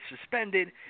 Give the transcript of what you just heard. suspended